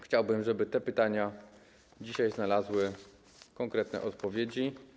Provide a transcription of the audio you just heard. Chciałbym, żeby te pytania dzisiaj znalazły konkretne odpowiedzi.